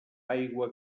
aigua